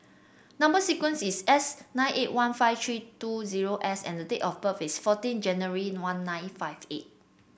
number sequence is S nine eight one five three two zero S and date of birth is fourteen January one nine five eight